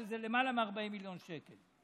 וזה למעלה מ-40 מיליון שקל.